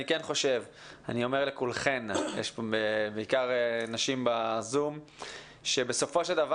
אני אומר לכולכן יש ב-זום בעיקר נשים - שבסופו של דבר